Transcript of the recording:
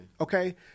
Okay